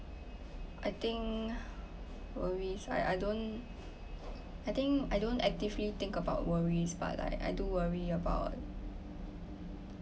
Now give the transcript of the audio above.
I think worries I I don't I think I don't actively think about worries but like I I do worry about